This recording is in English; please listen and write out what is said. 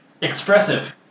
expressive